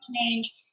change